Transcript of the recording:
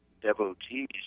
devotees